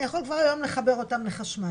אני יכול כבר היום לחבר אותם לחשמל